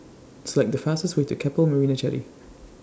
Select The fastest Way to Keppel Marina Jetty